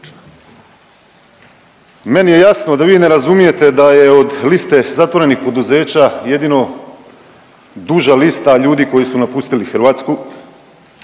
Meni je jasno da vi ne razumijete da je od liste zatvorenih poduzeća jedino duža lista ljudi koji su napustili Hrvatsku.